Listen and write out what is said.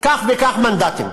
כך וכך מנדטים.